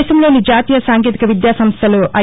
దేశంలోని జాతీయ సాంకేతిక విద్యాసంస్టలు ఐ